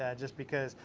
yeah just because,